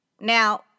Now